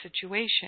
situation